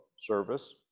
service